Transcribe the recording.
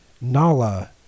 Nala